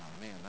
man